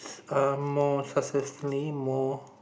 um more successfully more